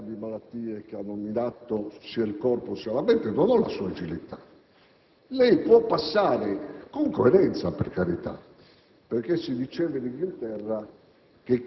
i missili e che è finito sotto processo per aver riconosciuto - a differenza di tanti altri tremebondi ex democristiani,